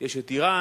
יש את אירן,